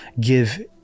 give